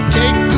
take